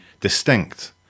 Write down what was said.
distinct